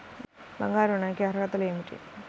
బంగారు ఋణం కి అర్హతలు ఏమిటీ?